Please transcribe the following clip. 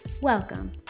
Welcome